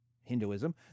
Hinduism